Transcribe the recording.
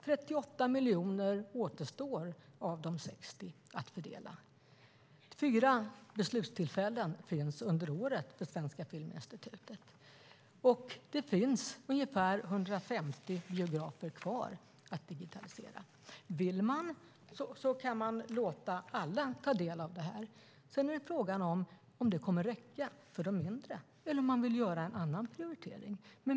38 miljoner av de 60 återstår att fördela. Fyra beslutstillfällen finns under året för Svenska Filminstitutet. Det finns ungefär 150 biografer kvar att digitalisera. Vill man kan man låta alla ta del av pengarna. Frågan är om det kommer att räcka för de mindre eller om man vill göra en annan prioritering.